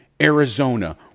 Arizona